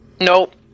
Nope